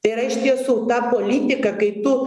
tai yra iš tiesų ta politika kai tu